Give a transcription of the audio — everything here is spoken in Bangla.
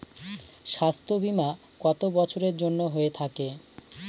স্বাস্থ্যবীমা কত বছরের জন্য হয়ে থাকে?